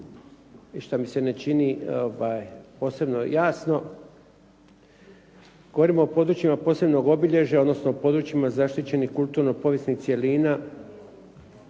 što mi se ne čini posebno jasno, govorim o područjima posebnog obilježja, odnosno područjima zaštićenih kulturno-povijesnih cjelina.